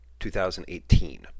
2018